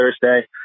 Thursday